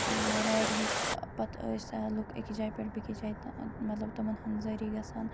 ٲں ریڑٕ ہِکۍ پَتہٕ ٲسۍ لُکھ أکِس جایہِ پٮ۪ٹھ بیٚکِس جایہِ مطلب تِمَن ہٕندۍ ذٔریعہِ گَژھان